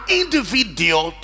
individual